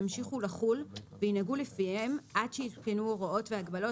ימשיכו לחול וינהגו לפיהם עד שיותקנו הוראות והגבלות